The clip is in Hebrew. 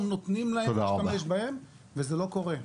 נותנים להם להשתמש בהם וזה לא קורה.